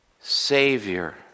Savior